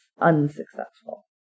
unsuccessful